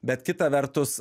bet kita vertus